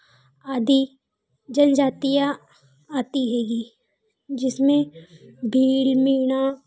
आदि जनजातीयाँ आती हैं गी जिसमें भील मीणा